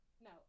No